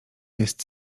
jest